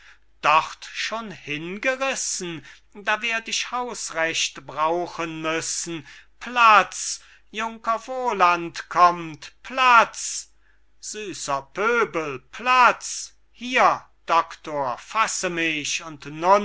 dort schon hingerissen da werd ich hausrecht brauchen müssen platz junker voland kommt platz süßer pöbel platz hier doctor fasse mich und